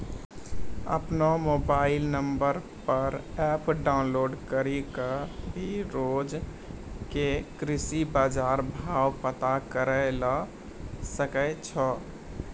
आपनो mobile number पर app download करी कॅ भी रोज के कृषि बाजार भाव पता करै ल सकै छो